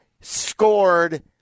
scored